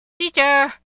Teacher